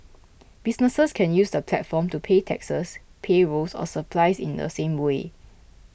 businesses can use the platform to pay taxes payrolls or suppliers in the same way